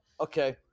Okay